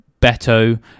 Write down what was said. Beto